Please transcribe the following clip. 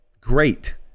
great